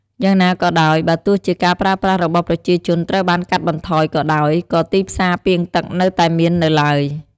យ៉ាងណាក៏ដោយ បើទោះជាការប្រើប្រាស់របស់ប្រជាជនត្រូវបានកាត់បន្ថយក៏ដោយ ក៏ទីផ្សារពាងទឹកនៅតែមាននៅឡើយ។